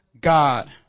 God